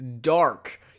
dark